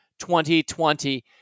2020